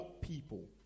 people